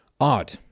odd